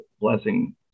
blessing